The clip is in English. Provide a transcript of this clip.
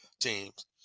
teams